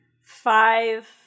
five